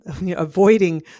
avoiding